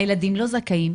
הילדים לא זכאים.